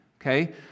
Okay